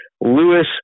Lewis